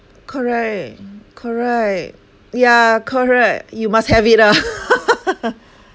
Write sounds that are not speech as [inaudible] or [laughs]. correct correct ya correct you must have it ah [laughs]